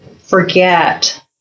forget